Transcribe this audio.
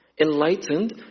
enlightened